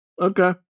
Okay